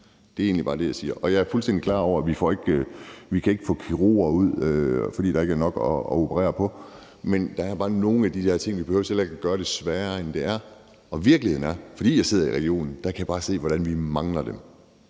Det er egentlig bare det, jeg siger. Jeg er fuldstændig klar over, at vi ikke kan få kirurger ud, fordi der ikke er nok patienter at operere, men der er bare nogle af de der ting, hvor vi ikke behøver at gøre det sværere, end det er. Virkeligheden er, og det kan jeg se, fordi jeg sidder i regionen, at vi mangler dem.